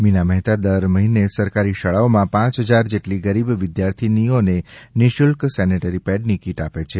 મીના મહેતા દર મહિને સરકારી શાળાઓમાં પાંચ હજાર જેટલી ગરીબ વિદ્યાર્થીનિઓને નિઃશુલ્ક સેનેટરી પેડની કીટ આપે છે